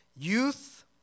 Youth